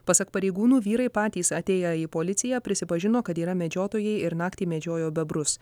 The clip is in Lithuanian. pasak pareigūnų vyrai patys atėję į policiją prisipažino kad yra medžiotojai ir naktį medžiojo bebrus